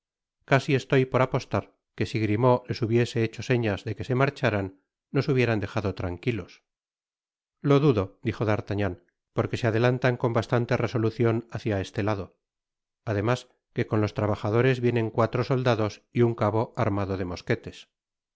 casi estoy por apostar que si grimaud les hubiese hecho señas de que se marcháran nos hubieran dejado tranquilos lo dudo dijo d'artagnan porque se adelantan con bastanle resolucion hácia este lado ademas que con los trabajadores vienen cuatro soldados y un cabo armados de mosquetes